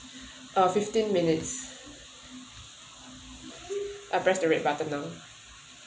uh fifteen minutes I press the red button now